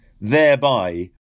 thereby